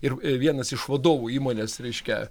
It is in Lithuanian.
ir vienas iš vadovų įmonės reiškia